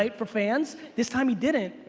ah for fans, this time he didn't.